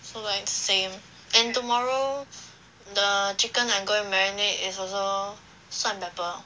so like the same and tomorrow the chicken I gonna marinade is also salt and pepper